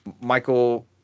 Michael